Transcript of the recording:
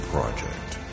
Project